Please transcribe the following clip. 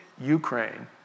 Ukraine